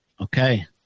okay